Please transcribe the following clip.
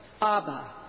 Abba